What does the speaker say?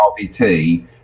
rbt